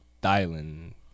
Dialing